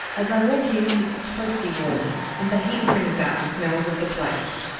as i walk in, it's toasty warm and the heat brings out the smells of the place,